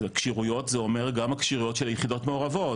כשירויות זה אומר גם הכשירויות של יחידות מעורבות,